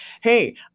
Hey